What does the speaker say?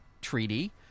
Treaty